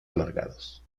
alargados